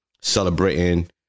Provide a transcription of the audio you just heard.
Celebrating